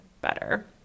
better